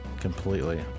Completely